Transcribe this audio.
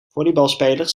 volleybalspelers